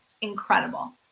incredible